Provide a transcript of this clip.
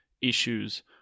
issues